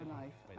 life